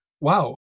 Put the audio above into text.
wow